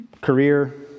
career